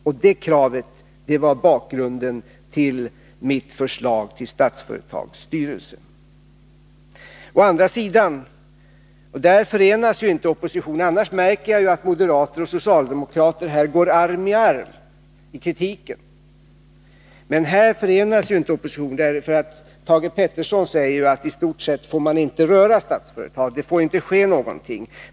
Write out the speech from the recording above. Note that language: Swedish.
Och det kravet var bakgrunden till mitt förslag till Statsföretags styrelse. Å andra sidan är oppositionens företrädare inte eniga. — Annars märker jag ju att moderater och socialdemokrater här går arm i arm i sin kritik, men här förenas de inte. Thage Peterson säger att man i stort sett inte får röra Statsföretag. Där får det inte ske någon förändring.